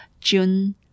June